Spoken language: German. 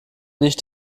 nicht